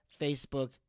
Facebook